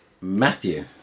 Matthew